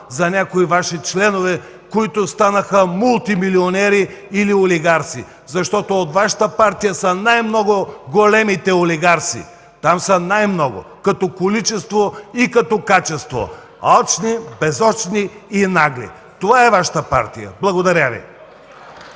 за някои Ваши членове, които станаха мултимилионери или олигарси. Защото от Вашата партия са най-много големите олигарси. Там са най-много като количество и като качество – алчни, безочливи и нагли! Това е Вашата партия! Благодаря Ви.